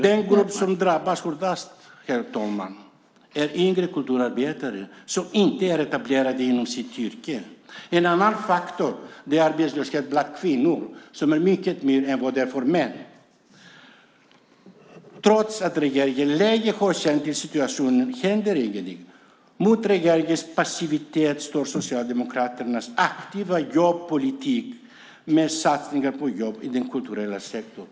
Den grupp som drabbas värst, herr talman, är yngre kulturarbetare som inte är etablerade inom sitt yrke. En annan faktor är att arbetslösheten bland kvinnor är mycket högre än bland män. Trots att regeringen länge har känt till situationen händer ingenting. Mot regeringens passivitet står Socialdemokraternas aktiva jobbpolitik, med satsningar på jobb i den kulturella sektorn.